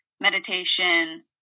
meditation